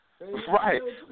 Right